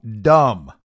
dumb